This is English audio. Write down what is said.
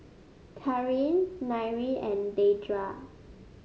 Karin Nyree and Deidra